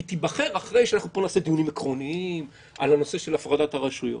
היא תיבחר אחרי שנעשה פה דיונים עקרוניים על הנושא של הפרדת הרשויות.